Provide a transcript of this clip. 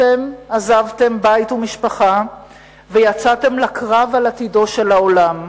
אתם עזבתם בית ומשפחה ויצאתם לקרב על עתידו של העולם.